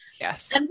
Yes